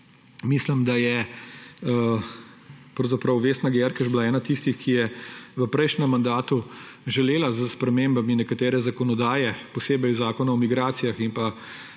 Mislim, da je pravzaprav Vesna Györkös bila ena tistih, ki je v prejšnjem mandatu želela s spremembami nekatere zakonodaje, posebej Zakona o migracijah in